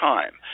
Time